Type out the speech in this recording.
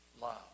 love